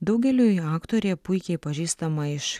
daugeliui aktorė puikiai pažįstama iš